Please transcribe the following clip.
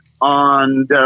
on